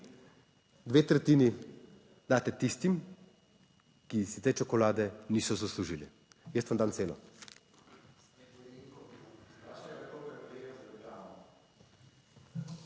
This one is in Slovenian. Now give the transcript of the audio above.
dve tretjini daste tistim, ki si te čokolade niso zaslužili. Jaz vam dam celo.